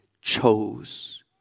chose